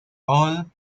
all